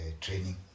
training